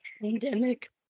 pandemic